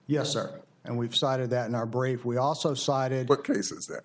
yes sir and we've cited that in our brave we also sided with cases that